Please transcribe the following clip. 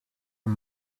een